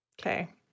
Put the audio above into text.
okay